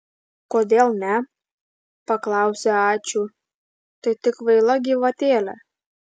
kodėl ne paklausė ačiū tai tik kvaila gyvatėlė